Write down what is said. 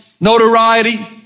notoriety